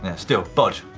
still, bodge.